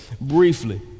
briefly